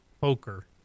poker